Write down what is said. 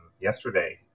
yesterday